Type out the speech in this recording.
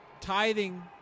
tithing